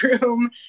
room